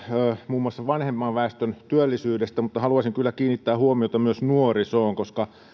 muun muassa vanhemman väestön työllisyydestä mutta haluaisin kyllä kiinnittää huomiota myös nuorisoon koska